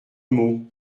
mot